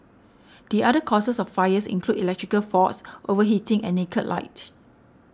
the other causes of fires include electrical faults overheating and naked light